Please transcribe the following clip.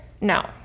No